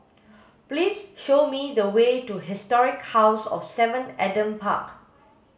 please show me the way to Historic House of seven Adam Park